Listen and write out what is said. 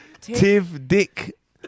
Tiv-dick